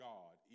God